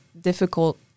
difficult